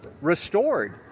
restored